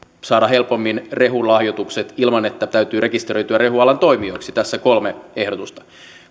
saada helpommin rehulahjoitukset ilman että täytyy rekisteröityä rehualan toimijoiksi tässä kolme ehdotusta